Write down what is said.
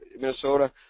Minnesota